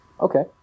Okay